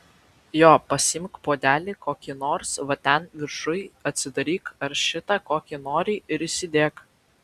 jo pasiimk puodelį kokį nors va ten viršuj atsidaryk ar šitą kokį nori ir įsidėk